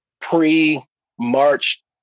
pre-March